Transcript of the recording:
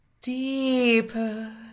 deeper